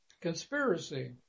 conspiracy